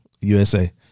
USA